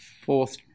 fourth